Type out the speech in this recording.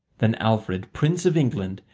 then alfred, prince of england,